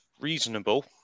reasonable